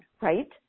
right